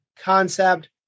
concept